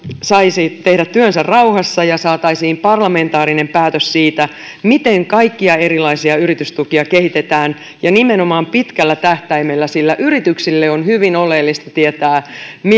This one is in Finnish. saisi tehdä työnsä rauhassa ja saataisiin parlamentaarinen päätös siitä miten kaikkia erilaisia yritystukia kehitetään ja nimenomaan pitkällä tähtäimellä yrityksille on hyvin oleellista tietää